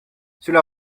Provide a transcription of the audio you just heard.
cela